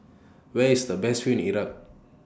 Where IS The Best View in Iraq